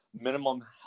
minimum